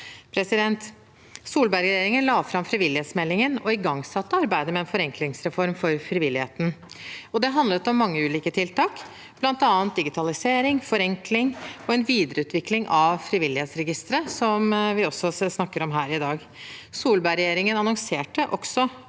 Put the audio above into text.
for. Solberg-regjeringen la fram frivillighetsmeldingen og igangsatte arbeidet med en forenklingsreform for frivilligheten. Det handlet om mange ulike tiltak, bl.a. digitalisering, forenkling og en videreutvikling av Frivillighetsregisteret, som vi også snakker om her i dag. Solberg-regjeringen annonserte også